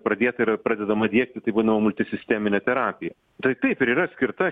pradėta yra pradedama diegti taip vadinama multi sisteminė terapija tai taip ir yra skirta